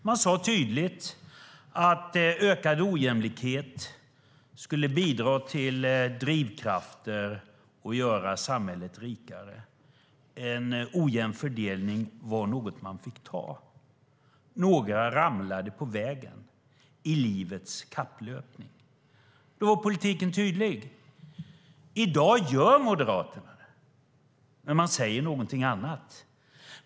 De sade tydligt att ökad ojämlikhet skulle bidra till drivkrafter och göra samhället rikare. En ojämn fördelning var något man fick ta. Några ramlade på vägen i livets kapplöpning. Då var politiken tydlig. I dag gör Moderaterna detta, men man säger någonting annat.